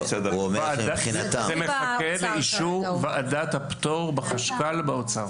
זה מחכה לאישור ועדת הפטור בחשכ"ל באוצר.